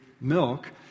milk